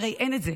הרי אין את זה.